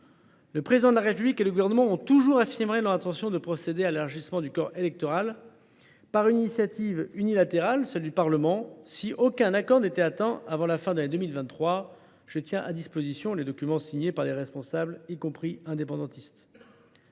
Le Président de la République et le Gouvernement ont toujours affirmé leur intention de procéder à un élargissement du corps électoral par une initiative unilatérale, celle du Parlement, si aucun accord n’était atteint avant la fin de l’année 2023. Je tiens à votre disposition les documents l’attestant, signés par les responsables politiques y compris indépendantistes.